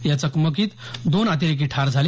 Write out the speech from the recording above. या चकमकती दोन आतिरेकी ठार झाले